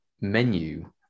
menu